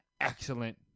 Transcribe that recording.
excellent